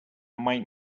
might